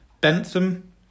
Bentham